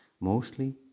mostly